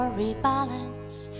rebalance